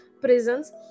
prisons